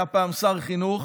היה פעם שר חינוך